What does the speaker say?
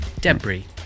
Debris